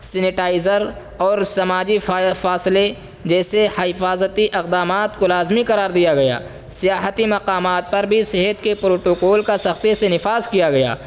sanitiser اور سماجی فاصلے جیسے حفاظتی اقدامات کو لازمی قرار دیا گیا سیاحتی مقامات پر بھی صحت کے پروٹوکول کا سختی سے نفاذ کیا گیا